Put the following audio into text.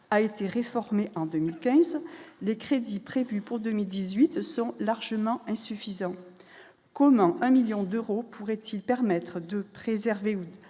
a été réformé en 2015, les crédits prévus pour 2018 se sont largement insuffisants, comment un 1000000 d'euros pourrait-il permettre de préserver